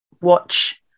watch